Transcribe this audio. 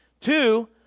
Two